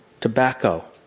tobacco